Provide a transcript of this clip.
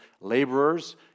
laborers